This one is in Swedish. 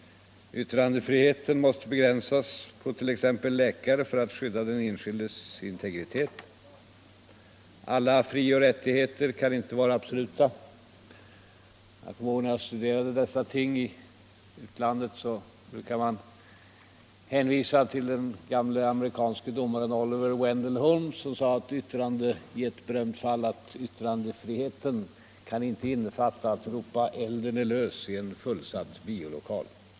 Yttrandefriheten måste begränsas för t.ex. läkare för att skydda den enskildes integritet. Alla frioch rättigheter kan inte vara absoluta. Man brukar hänvisa — det hörde jag när jag studerade dessa ting i utlandet — till den gamle amerikanske domaren Oliver Wendell Holmes, som i ett berömt fall sade att yttrandefrihet inte kan innefatta att ropa att elden är lös i en fullsatt biolokal.